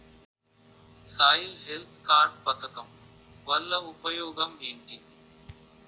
Soil health card పథకం వల్ల ఉపయోగం ఏంటి?